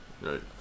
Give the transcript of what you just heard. Right